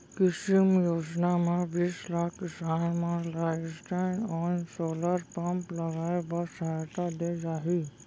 कुसुम योजना म बीस लाख किसान मन ल स्टैंडओन सोलर पंप लगाए बर सहायता दे जाही